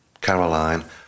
Caroline